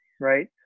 Right